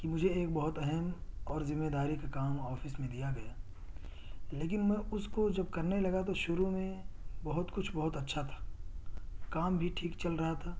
کہ مجھے ایک بہت اہم اور ذمے داری کا کام آفس میں دیا گیا لیکن میں اس کو جب کرنے لگا تو شروع میں بہت کچھ بہت اچھا تھا کام بھی ٹھیک چل رہا تھا